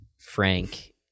Frank